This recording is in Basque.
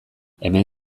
hemen